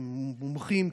מומחים,